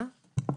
מור.